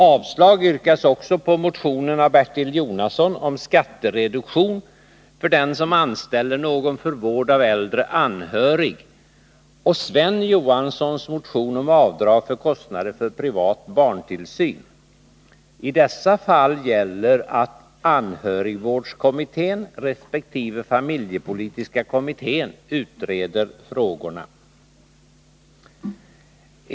Avslag yrkas också på motionen av Bertil Jonasson om skattereduktion för den som anställer någon för vård av äldre anhörig och på Sven Johanssons motion om avdrag för kostnader för privat barntillsyn. I dessa fall gäller att anhörigvårdskommittén resp. familjepolitiska kommittén utreder frågorna.